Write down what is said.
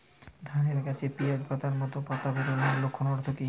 ধানের গাছে পিয়াজ পাতার মতো পাতা বেরোনোর লক্ষণের অর্থ কী?